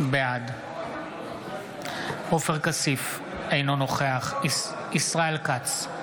בעד עופר כסיף, אינו נוכח ישראל כץ,